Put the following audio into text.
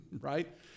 right